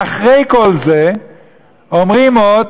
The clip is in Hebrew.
ואחרי כל זה אומרים עוד